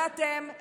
ואתם,